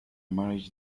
marriage